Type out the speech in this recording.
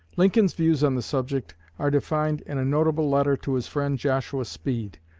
lincoln's views on the subject are defined in a notable letter to his friend joshua speed,